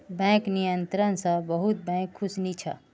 bank नियंत्रण स बहुत बैंक खुश नी छ